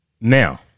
now